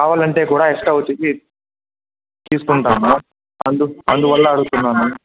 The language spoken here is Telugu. అవునంటే కూడా ఎక్స్ట్రా తీ తీసుకుంటాము అందుకు అందువల్ల అడుగుతున్నాము